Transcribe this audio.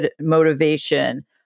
motivation